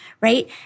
right